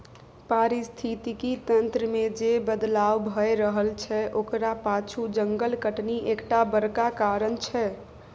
पारिस्थितिकी तंत्र मे जे बदलाव भए रहल छै ओकरा पाछु जंगल कटनी एकटा बड़का कारण छै